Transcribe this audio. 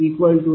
389222